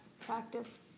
practice